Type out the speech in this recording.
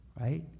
right